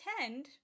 attend